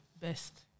best